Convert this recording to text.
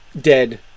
dead